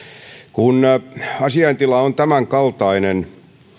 kun asiaintila on tämänkaltainen